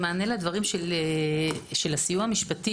במענה לדברים של הסיוע המשפטי